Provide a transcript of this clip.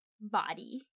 body